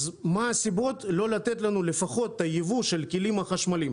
אז מה הסיבות לא לתת לנו לפחות את הייבוא של הכלים החשמליים?